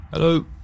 Hello